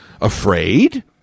afraid